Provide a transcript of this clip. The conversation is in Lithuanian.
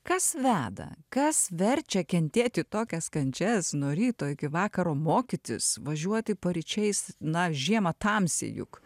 kas veda kas verčia kentėti tokias kančias nuo ryto iki vakaro mokytis važiuoti paryčiais na žiema tamsi juk